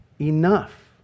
enough